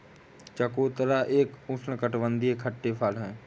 चकोतरा एक उष्णकटिबंधीय खट्टे फल है